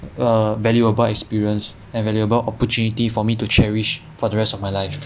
a valuable experience and valuable opportunity for me to cherish for the rest of my life